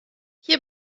hier